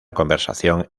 conversación